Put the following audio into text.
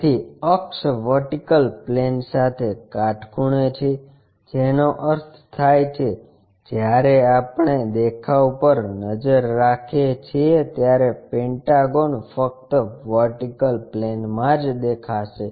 તેથી અક્ષ vertical plane સાથે કાટખૂણે છે જેનો અર્થ થાય છે જ્યારે આપણે દેખાવ પર નજર રાખીએ છીએ ત્યારે પેન્ટાગોન ફક્ત વર્ટિકલ પ્લેનમાં જ દેખાશે